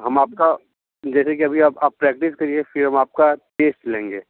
हम आपका जैसे कि अभी आप आप प्रैक्टिस करिए फिर हम आपका टेस्ट लेंगे